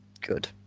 good